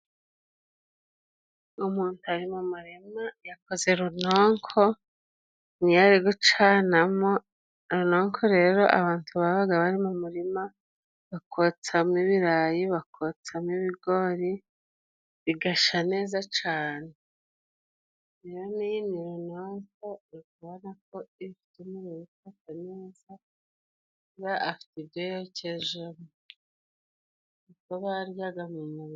Umuntu ari mu murima yakoze runonko, ni yo ari gucanamo, runonko rero abantu babaga bari mu murima bakotsamo ibirayi, bakotsamo ibigori, bigasha neza cane. N'iyo ni runonko, uri kubona ko ifite umuriro uri kwaka neza, buriya afite ibyo yokejemo. Ibyo baryaga mu mi...